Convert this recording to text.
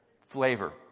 Flavor